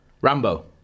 Rambo